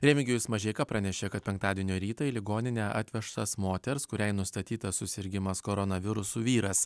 remigijus mažeika pranešė kad penktadienio rytą į ligoninę atvežtas moters kuriai nustatytas susirgimas koronavirusu vyras